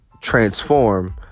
transform